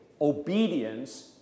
obedience